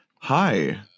Hi